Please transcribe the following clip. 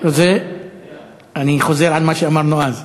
אני חוזר על מה שאמרנו אז: